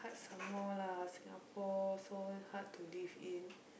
some more lah Singapore so hard to live in